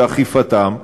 לאכיפתם.